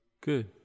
Good